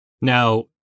Now